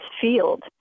field